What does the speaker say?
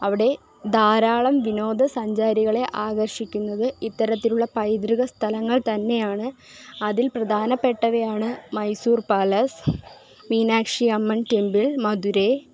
അവിടെ ധാരാളം വിനോദസഞ്ചാരികളെ ആകർഷിക്കുന്നത് ഇത്തരത്തിലുള്ള പൈതൃക സ്ഥലങ്ങൾ തന്നെയാണ് അതിൽ പ്രധാനപ്പെട്ടവയാണ് മൈസൂർ പാലസ് മീനാക്ഷി അമ്മൻ ടെമ്പിൾ മദുരൈ